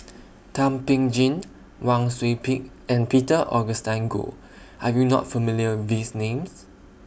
Thum Ping Tjin Wang Sui Pick and Peter Augustine Goh Are YOU not familiar with These Names